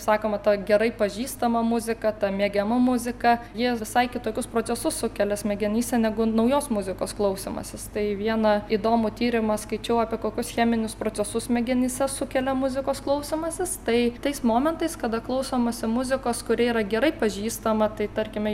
sakoma ta gerai pažįstama muzika ta mėgiama muzika jie visai kitokius procesus sukelia smegenyse negu naujos muzikos klausymasis tai vieną įdomų tyrimą skaičiau apie kokius cheminius procesus smegenyse sukelia muzikos klausomasis tai tais momentais kada klausomasi muzikos kuri yra gerai pažįstama tai tarkime